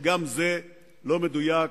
אף שגם זה לא מדויק.